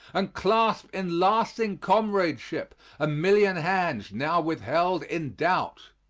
and clasp in lasting comradeship a million hands now withheld in doubt.